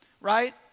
right